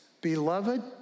Beloved